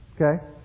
Okay